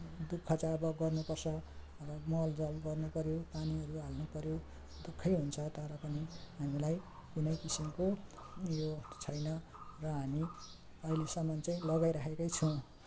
दुःख चाहिँ अब गर्नुपर्छ मलजल गर्नुपर्यो पानीहरू हाल्नुपर्यो दुःखै हुन्छ तर पनि हामीलाई कुनै किसिमको योहरू छैन र हामी अहिलेसम्म चाहिँ लगाइरहेकै छौँ